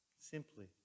simply